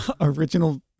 original